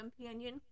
companion